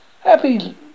happy